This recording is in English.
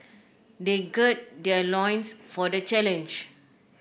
they gird their loins for the challenge